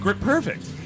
perfect